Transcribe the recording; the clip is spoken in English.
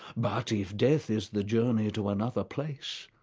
but if death is the journey to another place,